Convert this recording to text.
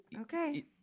Okay